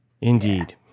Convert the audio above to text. indeed